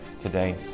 today